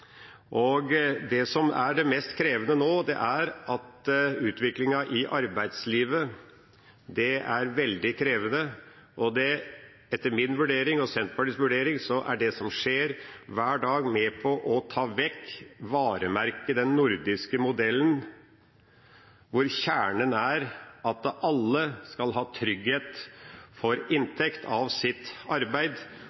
samfunnsutvikling. Det som er det mest krevende nå, er at utviklingen i arbeidslivet er veldig krevende, og etter min og Senterpartiets vurdering, er det som skjer, hver dag med på å ta vekk varemerket den nordiske modellen, hvor kjernen er at alle skal ha trygghet for